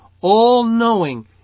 all-knowing